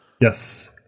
yes